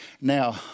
Now